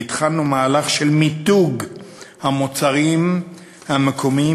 והתחלנו מהלך של מיתוג המוצרים המקומיים